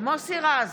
מוסי רז,